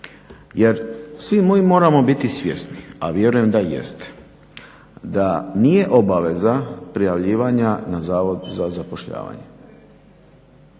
Jer svi mi moramo biti svjesni, a vjerujem da jeste da nije obaveza prijavljivanja na Zavod za zapošljavanje.